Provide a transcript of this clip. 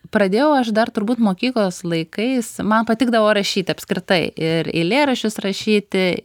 pradėjau aš dar turbūt mokyklos laikais man patikdavo rašyt apskritai ir eilėraščius rašyti